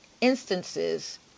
instances